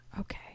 Okay